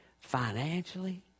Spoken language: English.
Financially